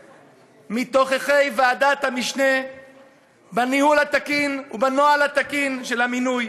מתוככי ועדת המשנה בניהול התקין ובנוהל התקין של המינוי